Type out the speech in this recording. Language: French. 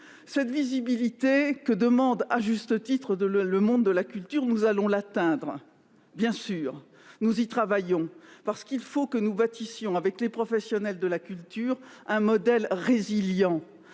Cette visibilité, que demande à juste titre le monde de la culture, nous allons l'atteindre, nous y travaillons, parce que nous devons bâtir, avec les professionnels de la culture, un modèle résilient